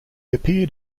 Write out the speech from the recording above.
appeared